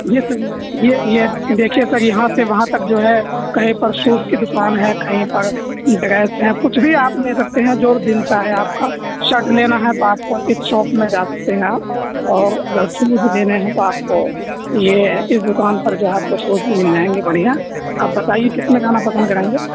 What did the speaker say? یہ سر یہ یہ دیکھیے سر یہاں سے وہاں تک جو ہے کہیں پر شوز کی دوکان ہے کہیں پر ڈریس ہیں کچھ بھی آپ لے سکتے ہیں جو دل چاہے آپ کا شرٹ لینا ہے تو آپ کو اس شاپ میں جا سکتے ہیں آپ اور اگر شوز لینے ہیں تو آپ کو یہ اس دوکان پر جو ہے آپ کو شوز مل جائیں گے بڑھیا آپ بتائیے کس میں جانا پسند کریں گے